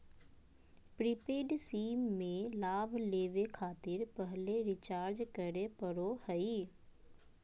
prepaid sim में लाभ लेबे खातिर पहले रिचार्ज करे पड़ो हइ